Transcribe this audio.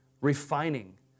refining